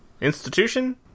Institution